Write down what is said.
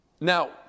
Now